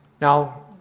Now